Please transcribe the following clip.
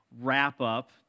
wrap-up